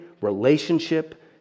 relationship